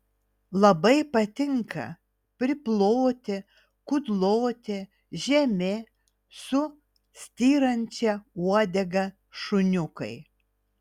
labai patinka priploti kudloti žemi su styrančia uodega šuniukai